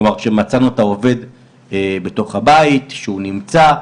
כלומר, שמצאנו את העובד בתוך הבית, שהוא נמצא.